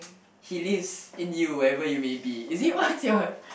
he lives in you ever you may be is it what's what's your